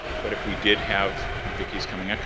but if we did have. vickie's coming,